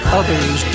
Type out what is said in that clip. others